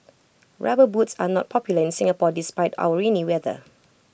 rubber boots are not popular in Singapore despite our rainy weather